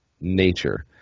nature